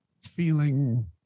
feeling